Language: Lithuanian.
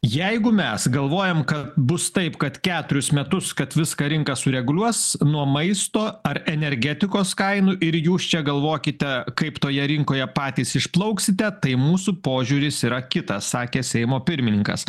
jeigu mes galvojam kad bus taip kad keturius metus kad viską rinka sureguliuos nuo maisto ar energetikos kainų ir jūs čia galvokite kaip toje rinkoje patys išplauksite tai mūsų požiūris yra kitas sakė seimo pirmininkas